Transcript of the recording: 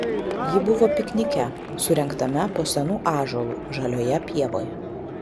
ji buvo piknike surengtame po senu ąžuolu žalioje pievoje